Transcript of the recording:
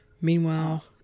Meanwhile